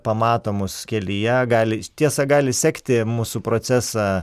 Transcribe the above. pamato mus kelyje gali tiesa gali sekti mūsų procesą